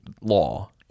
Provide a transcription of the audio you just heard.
law